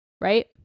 Right